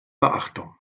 beachtung